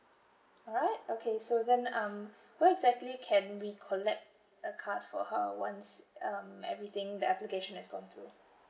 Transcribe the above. alright okay so then um when exactly can we collect a card for her once um everything the application has gone through